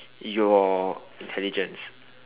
your intelligence